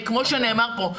הרי כמו שנאמר פה,